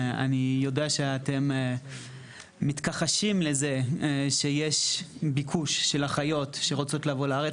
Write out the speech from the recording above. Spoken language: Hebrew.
אני יודע שאתם מתכחשים לזה שיש ביקוש של אחיות שרוצות לבוא לארץ,